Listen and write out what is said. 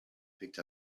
picked